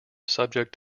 subject